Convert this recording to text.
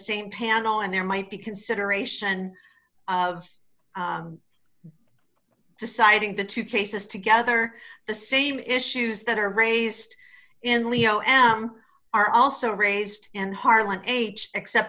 same panel and there might be consideration of deciding the two cases together the same issues that are raised in leo m are also raised in harlan h except